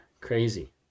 crazy